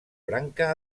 branca